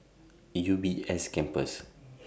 E U B S Campus